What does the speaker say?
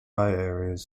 areas